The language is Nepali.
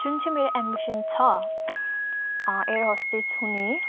जुन चाहिँ मेरो एम्बिसन एयर होस्टेज हुने